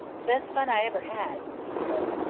the best fun i ever had, he said.